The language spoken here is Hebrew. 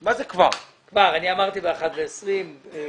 אני אמרתי ב-13:20.